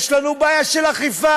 יש לנו בעיה של אכיפה.